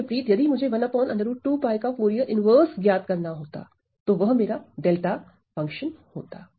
इसके विपरीत यदि मुझे का फूरिये इनवर्स ज्ञात करना होता तो वह मेरा डेल्टा फंक्शन होता